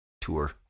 tour